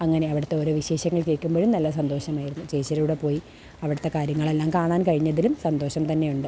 അങ്ങനെ അവിടുത്തെ ഓരോ വിശേഷങ്ങള് കേൾക്കുമ്പോഴും നല്ല സന്തോഷമായിരുന്നു ചേച്ചിയുടെ കൂടെ പോയി അവിടുത്തെ കാര്യങ്ങളെല്ലാം കാണാന് കഴിഞ്ഞതിലും സന്തോഷം തന്നെയുണ്ട്